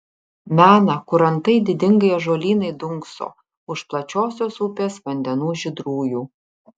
mena kur antai didingai ąžuolynai dunkso už plačiosios upės vandenų žydrųjų